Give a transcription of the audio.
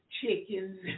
chickens